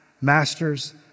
Masters